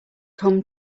come